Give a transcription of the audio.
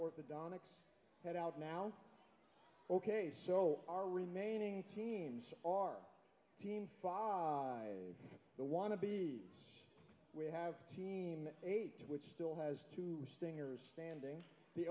orthodontics head out now ok so our remaining teams are team five the want to be we have team eight which still has two stingers standing the